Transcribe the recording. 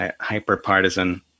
hyper-partisan